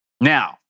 now